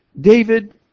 David